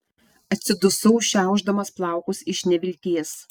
atsidusau šiaušdamas plaukus iš nevilties